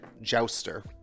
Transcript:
jouster